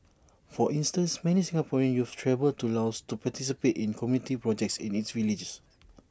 for instance many Singaporean youths travel to Laos to participate in community projects in its villages